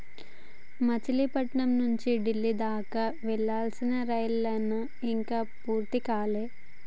మచిలీపట్నం నుంచి డిల్లీ దాకా వేయాల్సిన రైలు లైను ఇంకా పూర్తి కాలే